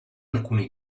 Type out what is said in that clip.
alcuni